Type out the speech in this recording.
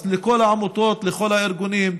אז לכל העמותות, לכל הארגונים,